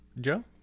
Joe